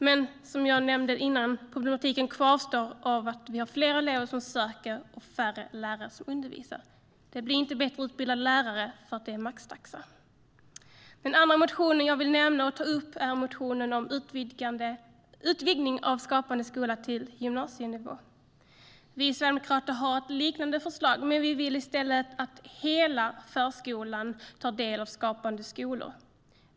Men som jag nämnde tidigare kvarstår problematiken i att vi har fler elever som söker och färre lärare som undervisar. Det blir inte bättre utbildade lärare för att det är maxtaxa. tar del av Skapande skola.